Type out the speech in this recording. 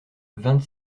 vingt